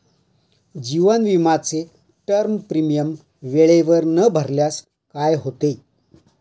जीवन विमाचे term premium वेळेवर न भरल्यास काय होते?